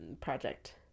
Project